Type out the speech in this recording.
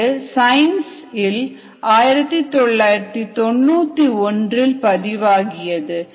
இது சயின்ஸ் இல் 1991 இல் பதிவாகியது